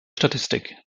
statistik